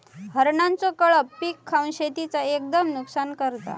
हरणांचो कळप पीक खावन शेतीचा एकदम नुकसान करता